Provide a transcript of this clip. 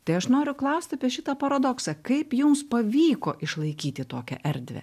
tai aš noriu klausti apie šitą paradoksą kaip jums pavyko išlaikyti tokią erdvę